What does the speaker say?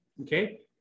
okay